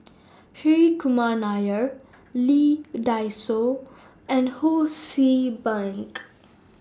Hri Kumar Nair Lee Dai Soh and Ho See Beng